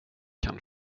kan